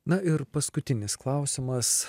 na ir paskutinis klausimas